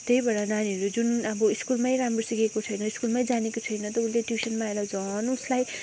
त्यही भएर नानीहरू जुन अब स्कुलमै राम्रो सिकेको छैन स्कुलमै जानेको छैन त उसले ट्युसनमा आएर झन उसलाई